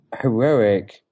heroic